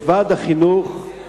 ועד החינוך,